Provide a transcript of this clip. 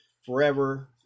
Forever